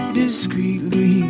discreetly